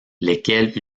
lesquelles